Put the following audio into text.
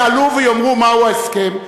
יעלו ויאמרו מהו ההסכם,